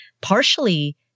partially